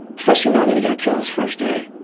especially knowing that he got killed his first day.